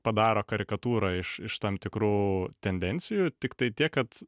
padaro karikatūrą iš iš tam tikrų tendencijų tiktai tiek kad